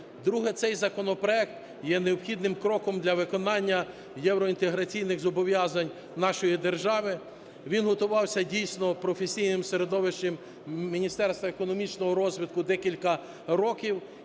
Друге. Цей законопроект є необхідним кроком для виконання євроінтеграційних зобов'язань нашої держави. Він готувався дійсно професійним середовищем Міністерства економічного розвитку декілька років,